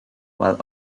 while